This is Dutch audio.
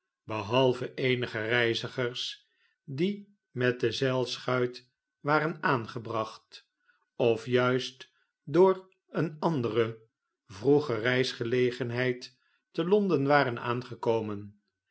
behalve eenige reizigers die met dezeilschuit waren aangebracht of juist door een andere vroegc reisgelegenheid te londen waren aangekomen